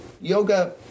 yoga